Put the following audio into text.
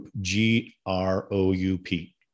G-R-O-U-P